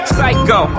Psycho